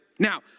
Now